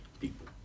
people